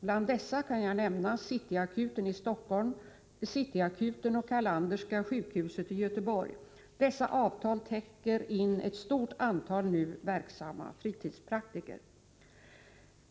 Bland dessa kan jag nämna City Akuten i Stockholm och City Akuten och Carlanderska sjukhuset i Göteborg. Dessa avtal täcker in ett stort antal nu verksamma fritidspraktiker.